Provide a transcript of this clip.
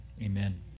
amen